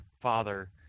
father